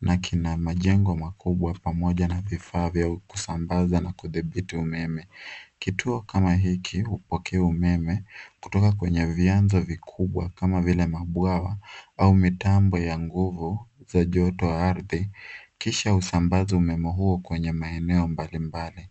na kina majengo makubwa pamoja na vifaa vya kusambaza na kudhibiti umeme. Kituo kama hiki hupokea umeme kutoka kwenye vyanzo vikubwa kama vile mabwawa au mitambo ya nguvu za joto ya ardhi kisha usambaza umeme huo kwenye maeneo mbalimbali.